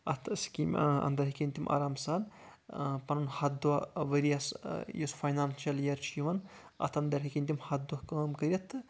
اَتھ سکیٖم اَنٛدر ہٮ۪کَن تِم آرام سان پَنُن ہَتھ دۄہ ؤرۍیس یُس فاینانشل ییر چھُ یِوان اَتھ اَنٛدر ہٮ۪کَن تِم ہَتھ دۄہ کٲم کٔرِتھ تہٕ